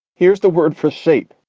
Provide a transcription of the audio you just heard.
here's the word for sheep.